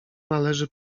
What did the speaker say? należy